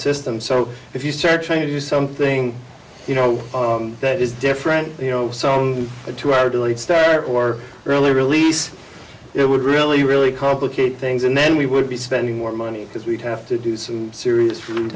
system so if you start trying to do something you know that is different you know song a two hour delayed start or early release it would really really complicate things and then we would be spending more money because we'd have to do some serious